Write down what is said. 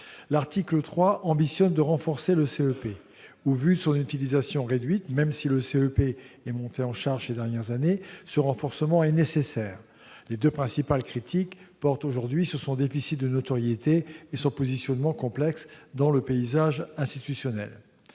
L'article 3 a pour ambition de renforcer le CEP. Au vu de l'utilisation réduite de celui-ci et même s'il est monté en charge ces dernières années, ce renforcement est nécessaire. Les deux principales critiques portent sur son déficit de notoriété et son positionnement complexe dans le paysage institutionnel.